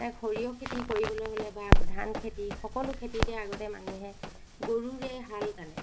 তাত সৰিয়হ খেতি কৰিবলৈ হ'লে বা ধান খেতি সকলো খেতিতে আগতে মানুহে গৰুৰে হাল টানে